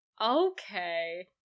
Okay